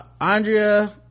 andrea